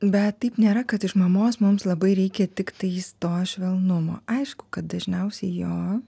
bet taip nėra kad iš mamos mums labai reikia tiktais to švelnumo aišku kad dažniausiai jo